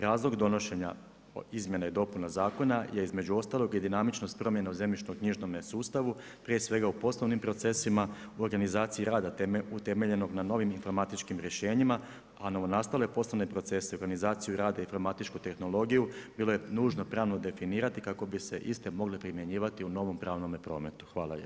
Razlog donošenja izmjena i dopuna zakona je između ostalog i dinamičnost promjena u zemljišno-knjižnome sustavu prije svega u poslovnim procesima u organizaciji rada utemeljenog na novim informatičkim rješenjima, a novonastale poslovne procese, organizaciju rada i informatičku tehnologiju bilo je nužno pravno definirati kako bi se iste mogle primjenjivati u novom pravnom prometu.